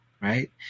right